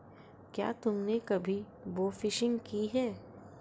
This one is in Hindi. क्या तुमने कभी बोफिशिंग की है?